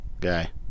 guy